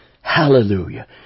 Hallelujah